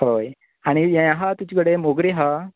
हय आनी हे आसा तुज कडेन मोगरी आसा